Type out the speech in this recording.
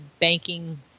banking